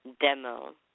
demo